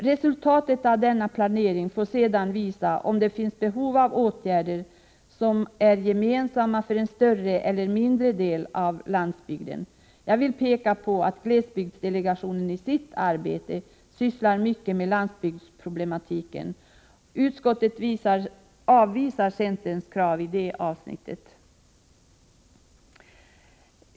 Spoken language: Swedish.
Resultatet av denna planering får sedan visa om det finns behov av åtgärder som är gemensamma för en större eller mindre del av landsbygden. Jag vill peka på att glesbygdsdelegationen i sitt arbete sysslar mycket med landbygdsproblematiken. Utskottet avvisar centerns krav i detta avsnitt.